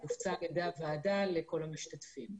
היא הופצה על-ידי הוועדה לכול המשתתפים.